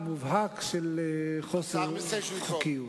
לנשום.